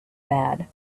bad